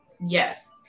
Yes